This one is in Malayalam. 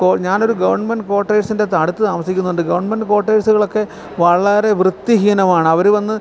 ഞാനൊരു ഗവൺമെൻറ്റ് കോർട്ടേഴ്സിൻ്റെ അടുത്ത് താമസിക്കുന്നുണ്ട് ഗവൺമെൻറ്റ് കോർട്ടേഴ്സുകളൊക്കെ വളരെ വൃത്തിഹീനമാണ് അവര് വന്ന്